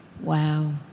Wow